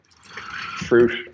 fruit